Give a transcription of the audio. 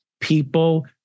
people